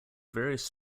various